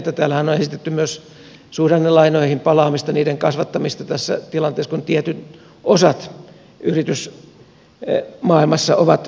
täällähän on esitetty myös suhdannelainoihin palaamista niiden kasvattamista tässä tilanteessa kun tietyt osat yritysmaailmassa ovat vaikeuksissa